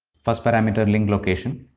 first parameter link location.